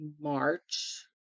March